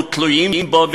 ותלויים בו,